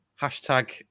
Hashtag